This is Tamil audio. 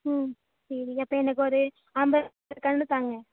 ம் சரி அப்போ எனக்கு ஒரு ஐம்பது கன்று தாங்க